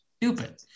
stupid